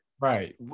Right